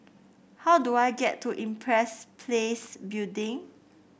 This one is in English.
how do I get to Empress Place Building